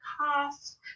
cost